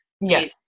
Yes